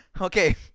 Okay